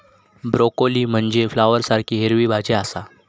broccoli म्हनजे फ्लॉवरसारखी हिरवी भाजी आसा